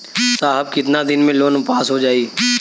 साहब कितना दिन में लोन पास हो जाई?